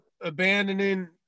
abandoning